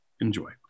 Enjoy